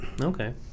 Okay